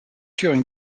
during